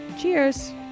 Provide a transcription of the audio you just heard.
cheers